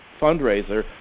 fundraiser